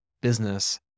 business